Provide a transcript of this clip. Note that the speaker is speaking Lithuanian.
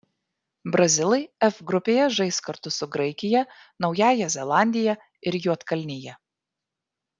brazilai f grupėje žais kartu su graikija naująja zelandija ir juodkalnija